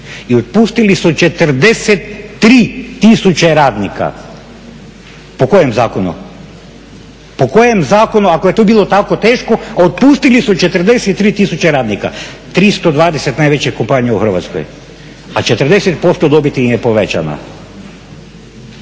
i otpustili su 43 tisuće radnika po kojem zakonu? Po kojem zakonu ako je to bilo tako teško, a otpustili su 43 tisuće radnika 320 najvećih kompanija u Hrvatskoj, a 40% dobiti im je povećana.